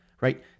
right